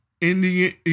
Indian